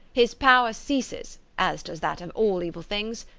his power ceases, as does that of all evil things,